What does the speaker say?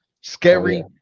Scary